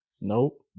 Nope